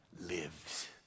lives